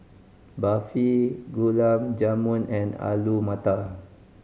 Barfi Gulab Jamun and Alu Matar